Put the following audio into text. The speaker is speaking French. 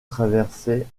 traversaient